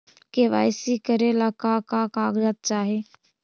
KYC करे ला का का कागजात चाही?